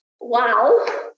wow